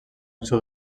sud